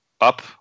up